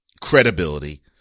credibility